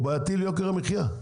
הוא בעייתי ליוקר המחייה,